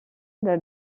l’a